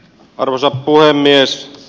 arvoisa puhemies